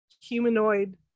humanoid